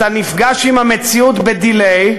אתה נפגש עם המציאות ב-delay,